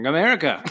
America